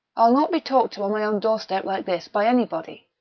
i'll not be talked to on my own doorstep like this by anybody.